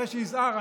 אחרי שיזהר,